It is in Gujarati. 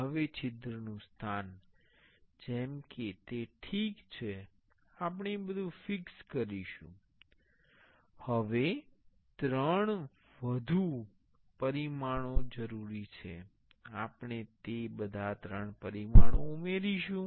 હવે છિદ્રનુ સ્થાન જેમ કે તે ઠીક છે આપણે બધું ફિક્સ કરીશું હવે ત્રણ વધુ પરિમાણો જરૂરી છે આપણે તે બધા ત્રણ પરિમાણો ઉમેરીશું